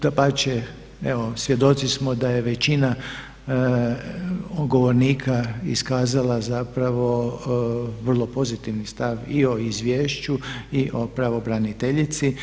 Dapače, evo svjedoci smo da je većina govornika iskazala zapravo vrlo pozitivni stav i o izvješću i o pravobraniteljici.